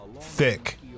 thick